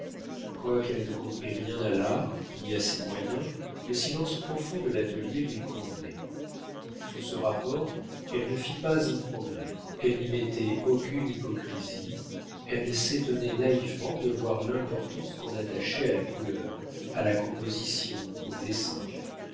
quoiqu'elle ne comprît rien à l'art ni à ses moyens le silence profond de l'atelier lui convenait sous ce rapport elle ne fit pas un progrès elle n'y mettait aucune hypocrisie elle s'étonnait vivement de voir l'importance qu'on attachait à la couleur à la composition au dessin